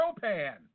Propan